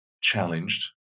challenged